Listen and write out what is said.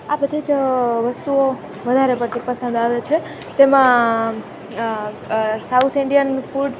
આ બધી જ વસ્તુઓ વધારે પડતી પસંદ છે આવે છે તેમાં સાઉથ ઇંડિયન ફૂડ